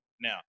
now